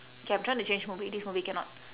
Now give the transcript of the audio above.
okay I'm trying to change movie this movie cannot